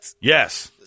yes